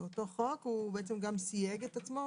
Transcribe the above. אותו חוק הוא בעצם גם סייג את עצמו.